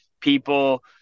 people